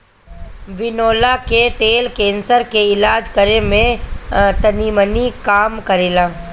बिनौला के तेल कैंसर के इलाज करे में तनीमनी काम करेला